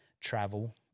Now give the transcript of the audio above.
travel